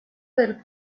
del